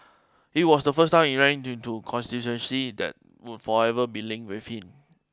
it was the first time he ran in to constituency that would forever be linked with him